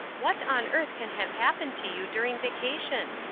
what on earth can have happened to you during vacation?